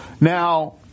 Now